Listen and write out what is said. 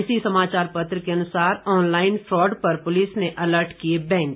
इसी समाचार पत्र के अनुसार ऑनलाइन फ़ॉड पर पुलिस ने अलर्ट किए बैंक